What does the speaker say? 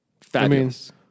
Fabulous